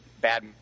bad